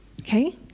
Okay